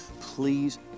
PLEASE